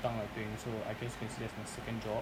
当了兵 so I guess you can say that's my second job